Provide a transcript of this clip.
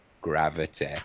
gravity